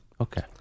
Okay